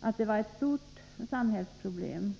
att den är ett stort samhällsproblem.